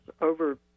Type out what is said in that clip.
over